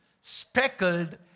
speckled